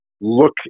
look